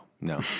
no